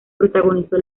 protagonizó